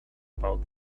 about